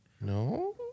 No